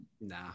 Nah